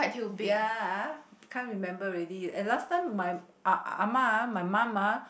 ya can't remember already and last time my ah ah-ma ah my mum ah